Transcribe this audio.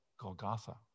Golgotha